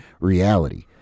reality